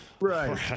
Right